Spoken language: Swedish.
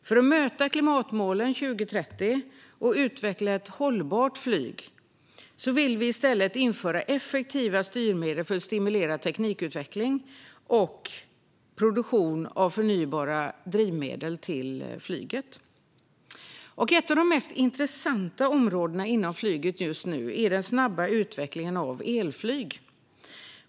För att möta klimatmålen 2030 och utveckla ett hållbart flyg vill vi i stället införa effektiva styrmedel för att stimulera teknikutveckling och produktion av förnybara drivmedel till flyget. Ett av de mest intressanta områdena inom flyget just nu är den snabba utvecklingen av elflyg.